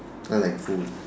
I like food